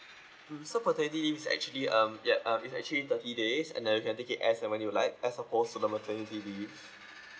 mm so paternity leave is actually um yup uh it's actually thirty days and then you can take it as and when you like as opposed to the maternity leave